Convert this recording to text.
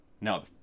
No